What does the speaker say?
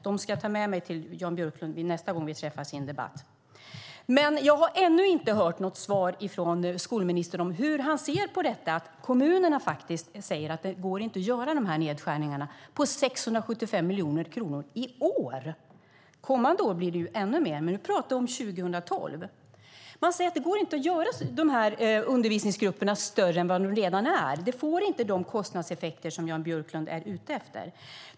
Jag ska ta med mig dem till Jan Björklund nästa gång vi träffas i en debatt. Men jag har ännu inte hört något svar från skolministern om hur han ser på detta, att kommunerna faktiskt säger att det inte går att göra nedskärningar på 675 miljoner kronor i år. Kommande år blir det ännu mer, men nu pratar vi om 2012. Man säger att det inte går att göra undervisningsgrupperna större än vad de redan är. Det får inte de kostnadseffekter som Jan Björklund är ute efter.